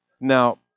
Now